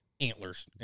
Antlers